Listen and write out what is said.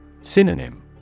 Synonym